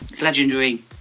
legendary